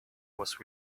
was